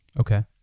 Okay